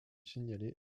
signalé